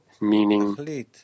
meaning